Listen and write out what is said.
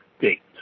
date